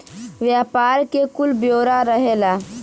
व्यापार के कुल ब्योरा रहेला